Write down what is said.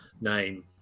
name